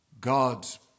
God's